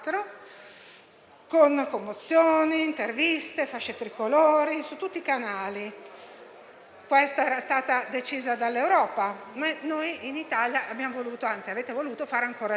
con commozione, interviste e fasce tricolori su tutti i canali. Questa era stata decisa dall'Europa ma in Italia abbiamo voluto, anzi avete voluto fare ancora di più,